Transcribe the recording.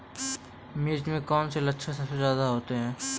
मिर्च में कौन से लक्षण सबसे ज्यादा होते हैं?